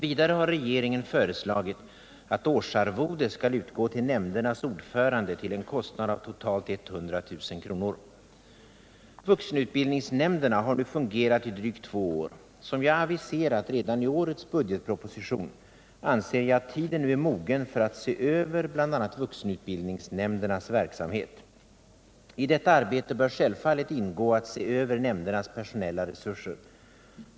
Vidare har regeringen föreslagit att årsarvode skall utgå till nämndernas ordförande till en kostnad av totalt 100 000 kr. Vuxenutbildningsnämnderna har nu fungerat i drygt två år. Som jag aviserat redan i årets budgetproposition anser jag att tiden nu är mogen för att se över bl.a. vuxenutbildningsnämndernas verksamhet. I detta arbete bör självfallet ingå att se över nämndernas personella resurser.